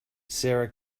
sara